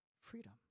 freedom